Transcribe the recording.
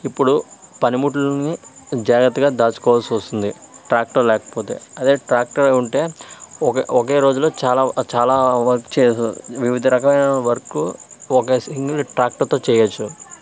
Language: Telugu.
ఇప్పుడు పనిముట్లని జాగ్రత్తగా దాచుకోవాల్సి వస్తుంది ట్రాక్టర్ లేకపోతే అదే ట్రాక్టర్ ఉంటే ఒకే ఒకేరోజులో చాలా చాలా వర్క్ చేయ వివిధ రకాలైన వర్క్ ఒక సింగల్ ట్రాక్టర్తో చేయచ్చు